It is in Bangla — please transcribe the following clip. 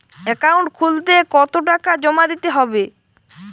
অ্যাকাউন্ট খুলতে কতো টাকা জমা দিতে হবে?